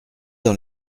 dans